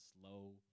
slow